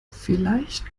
vielleicht